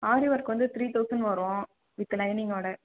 ஆரி work வந்து three thousand வரும் with lining ஓட